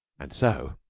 and so,